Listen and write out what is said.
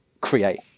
create